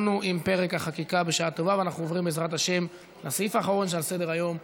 29 תומכים, 21 מתנגדים, אין נמנעים.